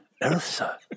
Elsa